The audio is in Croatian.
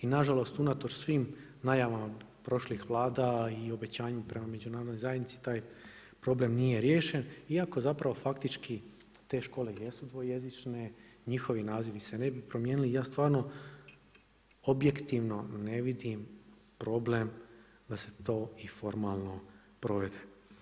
I na žalost unatoč svim najavama prošlih Vlada i obećanju prema Međunarodnoj zajednici taj problem nije riješen, iako zapravo faktički te škole jesu dvojezične, njihovi nazivi se ne bi promijenili i ja stvarno objektivno ne vidim problem da se to i formalno provede.